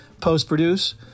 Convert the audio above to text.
post-produce